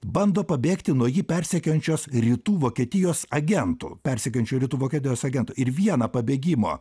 bando pabėgti nuo jį persekiojančios rytų vokietijos agentų persekiojančių rytų vokietijos agentų ir vieną pabėgimo